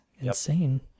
insane